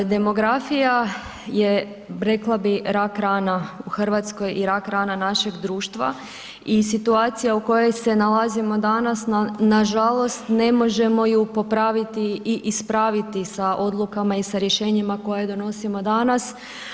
Demografija je, rekla bih, rak rana u Hrvatskoj i rak rana našeg društva i situacija u kojoj se nalazimo danas, nažalost ne možemo ju popraviti i ispraviti sa odlukama i sa rješenjima koje donosimo danas.